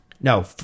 No